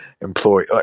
employee